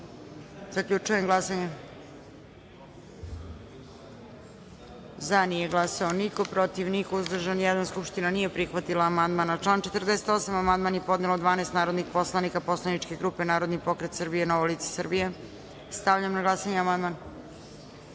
amandman. Zaključujem glasanje: za – nije glasao niko, protiv – niko, uzdržan – jedan. Skupština nije prihvatila amandman. Na član 54. amandman je podnelo 12 narodnih poslanika poslaničke grupe Narodni pokret Srbije – Novo lice Srbije. Stavljam na glasanje